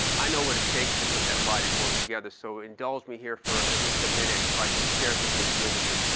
i know what it takes to put that body of work together. so indulge me here for at least a minute, so i can share some things with you.